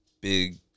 big